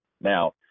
now